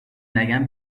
نگم